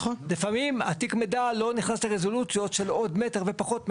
לפעמים תיק המידע לא נכנס לרזולוציות של עוד מטר ופחות מטר.